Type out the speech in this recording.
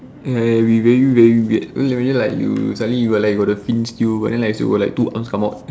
ya ya be very very weird imagine like you suddenly like you got like the fins still but then like you got like two arms come out